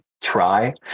try